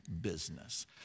business